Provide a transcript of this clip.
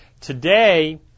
Today